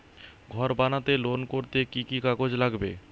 ঘর বানাতে লোন করতে কি কি কাগজ লাগবে?